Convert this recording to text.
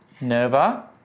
Nova